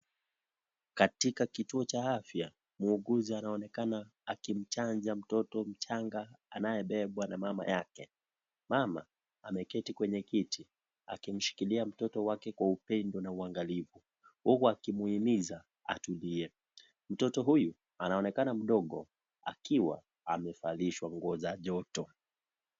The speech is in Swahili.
Katika kituo cha afya, muuguzi anaonekana akimchanja mtoto mchanga anayebebwa na mama yake . Mama ameketi kwenye kiti akimshikilia mtoto wake kwa upendo na uangalifu huku akimhimiza atulie . Mtoto huyu anaonekana mdogo akiwa amevalishwa nguo za joto.